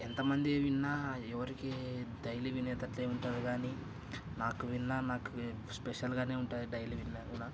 ఎంతమంది విన్నా ఎవరికీ డైలీ వినేటట్లే ఉంటాది కానీ నాకు విన్న నాకు స్పెషల్గానే ఉంటాది డైలీ విన్నా కూడా